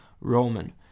Roman